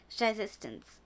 resistance